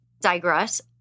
digress